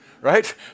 right